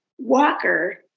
walker